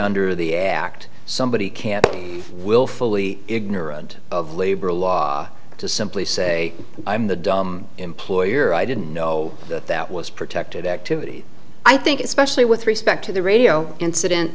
under the act somebody can willfully ignorant of labor law to simply say i'm the employer i didn't know that was protected activity i think especially with respect to the radio incident